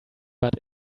but